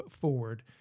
forward